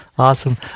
Awesome